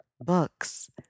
books